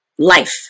life